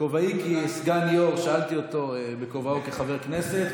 בכובעי כסגן יו"ר שאלתי אותו בכובעו כחבר הכנסת,